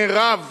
מירב